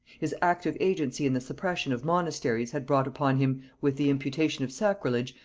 his active agency in the suppression of monasteries had brought upon him, with the imputation of sacrilege,